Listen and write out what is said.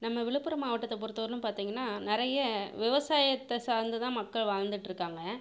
நம்ம விழுப்புரம் மாவட்டத்தை பொருத்தவரையிலும் பார்த்தீங்கன்னா நிறைய விவசாயத்தை சார்ந்துதான் மக்கள் வாழ்ந்துட்டிருக்காங்க